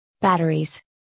Batteries